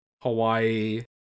Hawaii